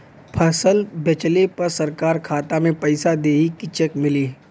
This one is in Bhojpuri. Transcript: फसल बेंचले पर सरकार खाता में पैसा देही की चेक मिली?